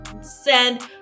Send